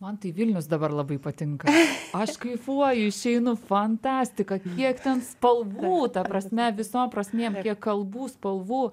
man tai vilnius dabar labai patinka aš kaifuoju išeinu fantastika kiek ten spalvų ta prasme visom prasmėm kalbų spalvų